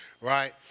right